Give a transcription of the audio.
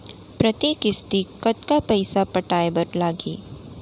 प्रति किस्ती कतका पइसा पटाये बर लागही?